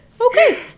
Okay